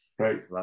Right